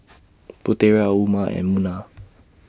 Putera Umar and Munah